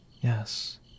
Yes